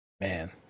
man